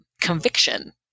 conviction